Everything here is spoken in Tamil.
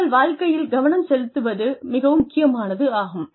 உங்கள் வாழ்க்கையில் கவனம் செலுத்துவது மிகவும் முக்கியமானதாகும்